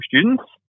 students